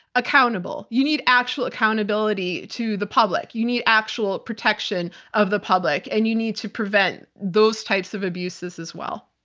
accountable. you need actual accountability to the public. you need actual protection of the public, and you need to prevent those types of abuses as well.